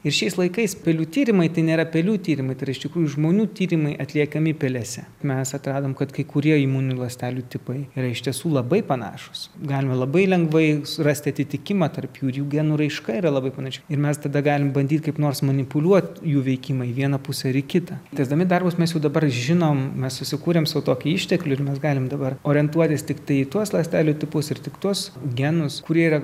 ir šiais laikais pelių tyrimai tai nėra pelių tyrimai triušiukui žmonių tyrimai atliekami pelese mes atradom kad kai kurie imuninių ląstelių tipai yra iš tiesų labai panašūs galima labai lengvai surasti atitikimą tarp jų ir jų genų raiška yra labai panaši ir mes tada galim bandyti kaip nors manipuliuoti jų veikimą į vieną pusę ir į kitą tęsdami darbus mes jau dabar žinom mes susikūrėm sau tokį išteklį ir mes galim dabar orientuotis tiktai į tuos ląstelių tipus ir tik tuos genus kurie yra